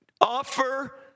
offer